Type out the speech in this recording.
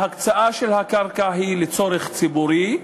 ההקצאה של הקרקע היא לצורך ציבורי,